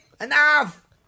Enough